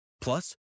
Plus